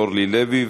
אורלי לוי,